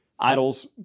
idols